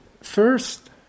first